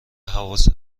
حواست